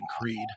Creed